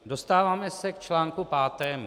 Dostáváme se k článku pátému.